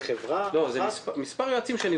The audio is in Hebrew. זה חברה?